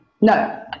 No